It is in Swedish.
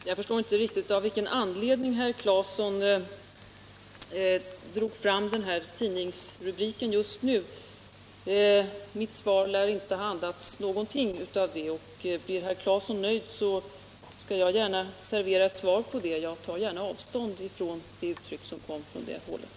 Herr talman! Jag förstår inte riktigt av vilken anledning herr Claeson drog fram den här tidningsrubriken just nu. Mitt svar lär inte ha haft någonting av den anda som fanns där, men blir herr Claeson nöjd skall jag gärna servera det svaret att jag tar avstånd ifrån det uttryck som kom från det hållet.